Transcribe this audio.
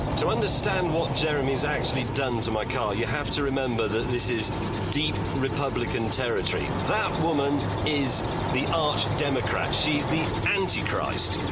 to understand what jeremy's actually done to my car, you have to understand that this is deep republican territory. that woman is the arch-democrat. she is the antichrist.